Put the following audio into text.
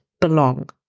belong